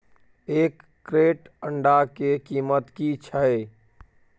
एक क्रेट अंडा के कीमत की छै?